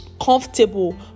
comfortable